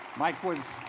mike was